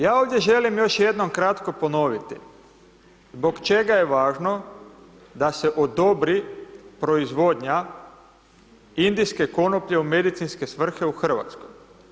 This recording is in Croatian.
Ja ovdje želim još jednom kratko ponoviti zbog čega je važno da se odobri proizvodnja indijske konoplje u medicinske svrhe u RH.